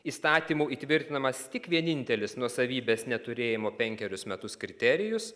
įstatymu įtvirtinamas tik vienintelis nuosavybės neturėjimo penkerius metus kriterijus